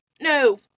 No